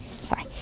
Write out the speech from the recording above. Sorry